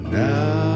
now